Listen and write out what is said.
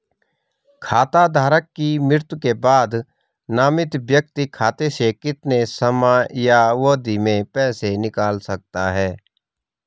खाता धारक की मृत्यु के बाद नामित व्यक्ति खाते से कितने समयावधि में पैसे निकाल सकता है?